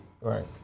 Right